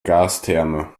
gastherme